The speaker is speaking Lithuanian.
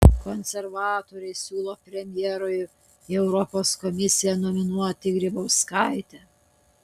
konservatoriai siūlo premjerui į europos komisiją nominuoti grybauskaitę